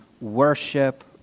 worship